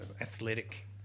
athletic